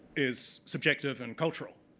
is subjective and cultural.